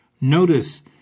Notice